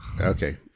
okay